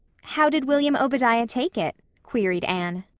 how did william obadiah take it? queried anne.